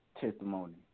testimony